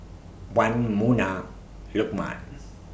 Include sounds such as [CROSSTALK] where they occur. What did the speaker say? Wan Munah Lukman [NOISE]